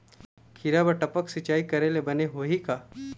खिरा बर टपक सिचाई करे ले बने होही का?